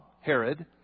Herod